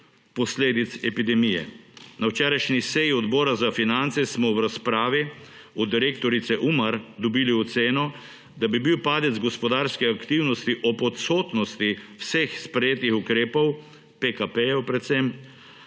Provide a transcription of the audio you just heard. posledic epidemije. Na včerajšnji seji Odbora za finance smo v razpravi od direktorice UMAR dobili oceno, da bi bil padec gospodarske aktivnosti ob odsotnosti vseh sprejetih ukrepov, predvsem